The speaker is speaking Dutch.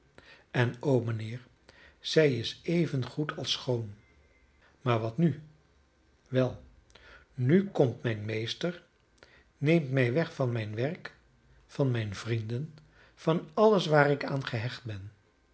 en o mijnheer zij is even goed als schoon maar wat nu wel nu komt mijn meester neemt mij weg van mijn werk van mijne vrienden van alles waar ik aan gehecht ben